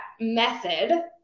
method